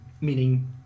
meaning